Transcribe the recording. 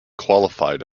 qualified